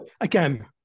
again